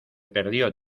perdió